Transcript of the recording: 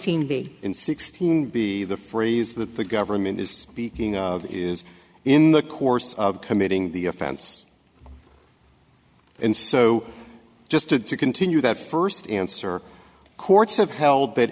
in in sixteen be the phrase that the government is speaking of is in the course of committing the offense and so just to continue that first answer courts have held that